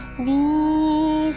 me